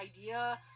idea